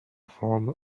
form